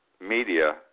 media